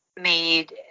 made